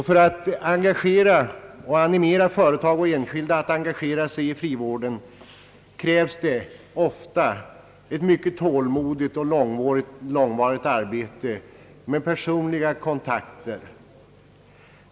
För att animera företag och enskilda att engagera sig i frivården krävs det ofta ett mycket tålmodigt och långvarigt arbete med personliga kontakter.